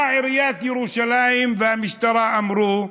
מה עיריית ירושלים והמשטרה אמרו?